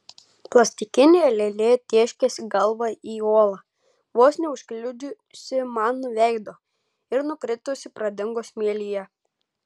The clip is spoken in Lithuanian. plastikinė lėlė tėškėsi galva į uolą vos neužkliudžiusi man veido ir nukritusi pradingo smėlyje